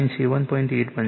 8 બનશે